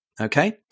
Okay